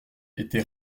était